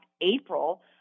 April